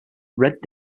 red